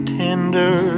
tender